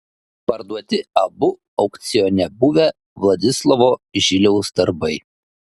parduoti abu aukcione buvę vladislovo žiliaus darbai